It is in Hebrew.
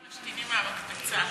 פה הם משתינים מהמקפצה.